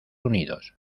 unidos